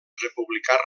republicà